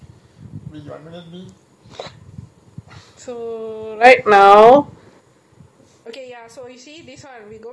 also but removes ninety nine point nine percent of dustmite it's all on packing here but the other one we using is the bacteria